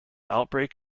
outbreak